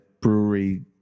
brewery